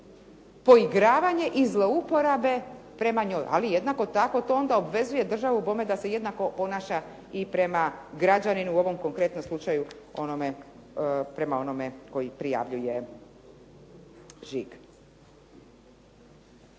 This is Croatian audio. poigravanje i zlouporabe prema njoj, ali jednako tako to onda obvezuje državu bome da se jednako ponaša i prema građaninu, u ovom konkretnom slučaju prema onome koji prijavljuje žig.